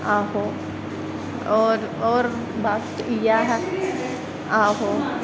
ओहो और बस इयै असैं आहो